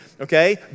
okay